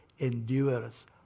endures